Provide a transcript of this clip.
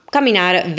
camminare